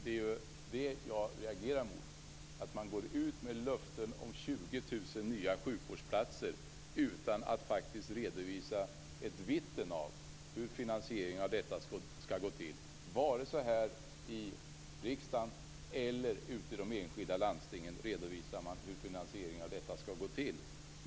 Det jag reagerar mot är att man går ut med löften om 20 000 nya sjukvårdsplatser utan att redovisa ett vitten av hur finansieringen av detta skall gå till. Varken här i riksdagen eller i de enskilda landstingen redovisar man hur finansieringen av detta skall gå till.